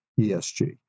ESG